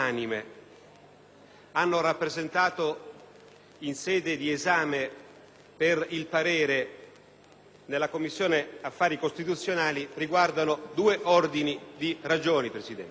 hanno rappresentato in sede di esame per il parere nella Commissione affari costituzionali riguardano due ordini di ragioni.